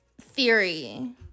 theory